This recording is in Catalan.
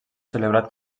celebrat